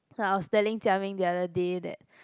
so I was telling Jia-Ming the other day that